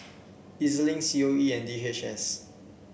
EZ Link C O E and D H S